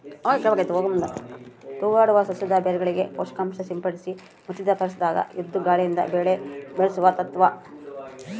ತೂಗಾಡುವ ಸಸ್ಯದ ಬೇರುಗಳಿಗೆ ಪೋಷಕಾಂಶ ಸಿಂಪಡಿಸಿ ಮುಚ್ಚಿದ ಪರಿಸರದಾಗ ಇದ್ದು ಗಾಳಿಯಿಂದ ಬೆಳೆ ಬೆಳೆಸುವ ತತ್ವ